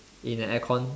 in an aircon